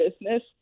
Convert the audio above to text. business